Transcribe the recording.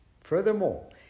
Furthermore